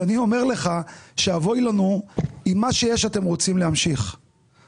אני אומר לך: אבוי לנו אם אתם רוצים להמשיך את מה שיש.